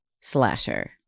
slasher